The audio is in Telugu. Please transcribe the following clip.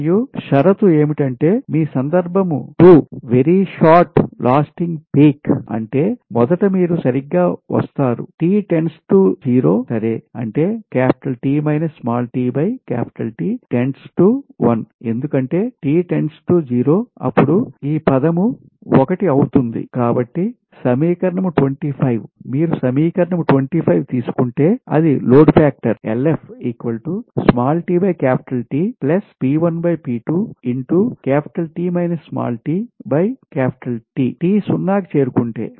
మరియు షరతు ఏమిటంటే మీ సందర్భం 2 very short lasting peak అంటే మొదట మీరు సరిగ్గా వస్తారు సరే అంటే ఎందుకంటేఅప్పుడు ఈ పదము 1 ఔతుంది చేరుకుంటుంది కాబట్టి సమీకరణం 25 మీరు సమీకరణం 25 తీసుకుంటే అది లోడ్ ఫాక్టర్t సున్నాకి చేరుకుంటే